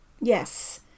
Yes